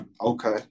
Okay